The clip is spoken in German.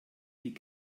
die